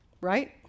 right